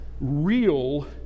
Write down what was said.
real